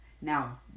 now